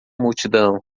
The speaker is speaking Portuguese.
multidão